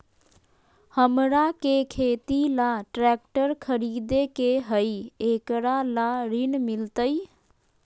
हमरा के खेती ला ट्रैक्टर खरीदे के हई, एकरा ला ऋण मिलतई?